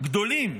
גדולים